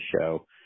show